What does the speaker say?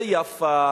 זה יפא,